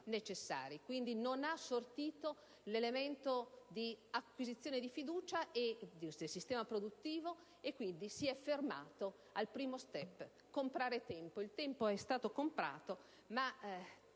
Quindi, non ha sortito l'elemento di acquisizione di fiducia del sistema produttivo e si è fermato al primo *step*, comprare tempo; il tempo è stato comprato, ma